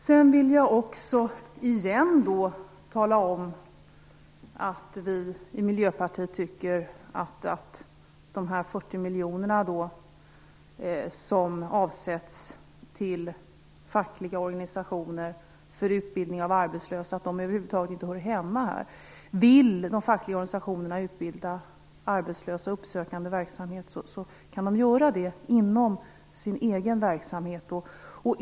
Sedan vill jag återigen tala om att vi i Miljöpartiet tycker att de 40 miljoner som avsätts till fackliga organisationer för utbildning av arbetslösa över huvud taget inte hör hemma här. Vill de fackliga organisationerna utbilda arbetslösa och bedriva uppsökande verksamhet kan de göra det inom sin egen verksamhet.